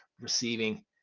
receiving